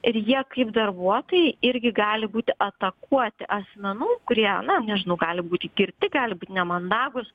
ir jie kaip darbuotojai irgi gali būti atakuoti asmenų kurie na nežinau gali būti girti gali būt nemandagūs